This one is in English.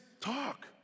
talk